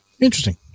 Interesting